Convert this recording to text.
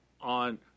on